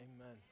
Amen